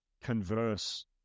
converse